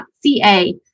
Ca